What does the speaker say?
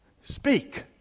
speak